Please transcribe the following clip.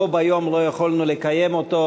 בו ביום לא יכולנו לקיים אותו,